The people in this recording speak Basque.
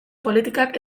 politikak